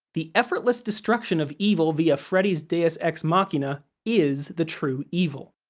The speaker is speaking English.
the effortless destruction of evil via freddie's deus ex machina is the true evil.